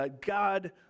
God